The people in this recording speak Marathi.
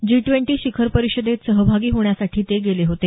जी ट्वेंटी शिखर परिषदेत सहभागी होण्यासाठी ते गेले होते